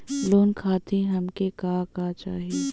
Loan खातीर हमके का का चाही?